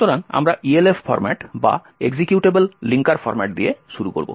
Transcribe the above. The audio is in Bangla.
সুতরাং আমরা ELF ফরম্যাট বা এক্সিকিউটেবল লিঙ্কার ফরম্যাট দিয়ে শুরু করব